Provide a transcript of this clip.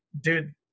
dude